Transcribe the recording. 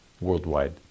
worldwide